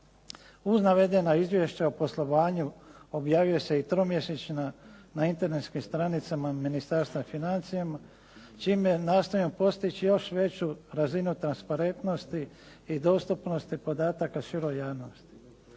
Uz navedena izvješća o poslovanju objavljuje se i tromjesečna na internetskim stranicama Ministarstva financija čime nastojimo postići još veću razinu transparentnosti i dostupnosti podataka široj javnosti.